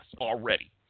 already